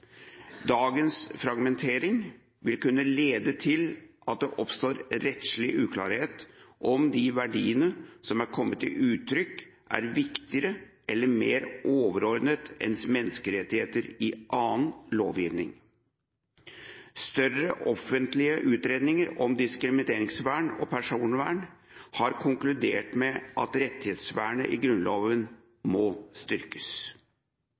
Dagens fragmentering vil kunne lede til at det oppstår rettslig uklarhet om de verdiene som er kommet til uttrykk er viktigere eller mer overordnet enn menneskerettigheter i annen lovgivning. Større offentlige utredninger om diskrimineringsvern og personvern har konkludert med at rettighetsvernet i Grunnloven må styrkes.